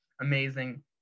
amazing